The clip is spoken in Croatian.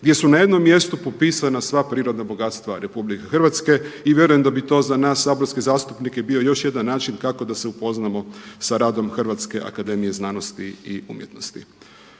gdje su na jednom mjestu popisana sva prirodna bogatstva RH. I vjerujem da bi to za nas saborske zastupnike bio još jedan način kako da se upoznamo sa radom Hrvatske akademije znanosti i umjetnosti.